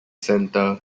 center